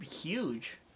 huge